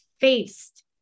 faced